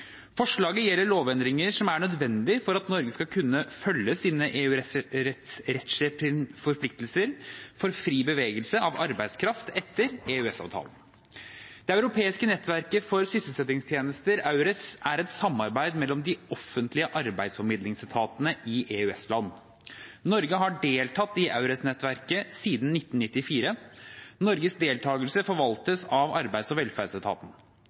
Forslaget gjelder lovendringer som er nødvendige for at Norge skal kunne følge sine EØS-rettslige forpliktelser for fri bevegelse av arbeidskraft etter EØS-avtalen. Det europeiske nettverket for sysselsettingstjenester, EURES, er et samarbeid mellom de offentlige arbeidsformidlingsetatene i EØS-land. Norge har deltatt i EURES-nettverket sien 1994. Norges deltakelse forvaltes av arbeids- og velferdsetaten.